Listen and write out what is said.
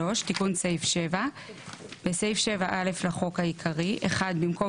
תיקון סעיף 7 3. בסעיף 7(א) לחוק העיקרי במקום